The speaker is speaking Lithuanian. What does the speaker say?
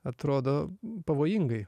atrodo pavojingai